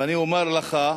ואני אומר לך,